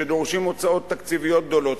שדורשים הוצאות תקציביות גדולות,